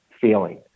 feeling